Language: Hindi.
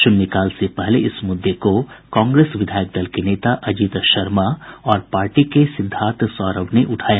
शून्यकाल से पहले इस मुद्दे को कांग्रेस विधायक दल के नेता अजीत शर्मा और पार्टी के सिद्धार्थ सौरभ ने उठाया